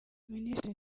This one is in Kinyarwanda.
minisitiri